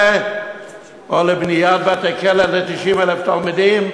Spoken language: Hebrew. או לבניית בתי-כלא ל-90,000 תלמידים,